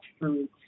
foods